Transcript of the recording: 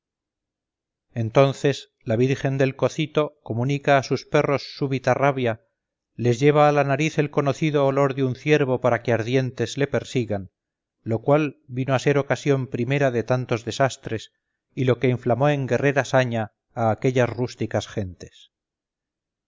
entonces la virgen del cocito comunica a sus perros súbita rabia les lleva a la nariz el conocido olor de un ciervo para que ardientes le persigan lo cual vino a ser la ocasión primera de tantos desastres y lo que inflamó en guerrera saña a aquellas rústicas gentes